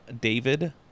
David